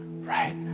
right